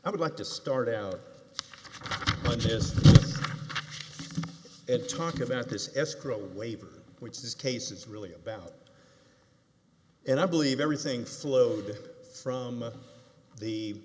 i would like to start out by just talking about this escrow waiver which this case is really about and i believe everything flowed from the